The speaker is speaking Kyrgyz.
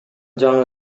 жаңы